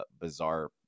bizarre